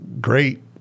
great